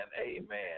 Amen